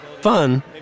Fun